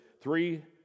three